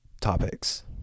topics